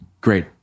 great